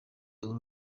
uru